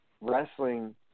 Wrestling